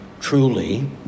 truly